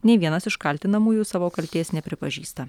nei vienas iš kaltinamųjų savo kaltės nepripažįsta